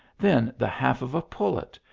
then the half of a pullet,